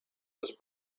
was